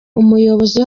umuyobozi